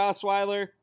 Osweiler –